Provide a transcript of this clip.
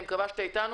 אני מקווה שאתה איתנו,